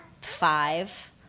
five